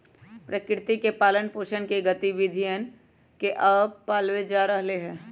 प्रकृति के पालन पोसन के गतिविधियन के अब पाल्ल जा रहले है